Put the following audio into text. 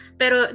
pero